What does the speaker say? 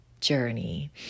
journey